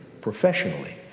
professionally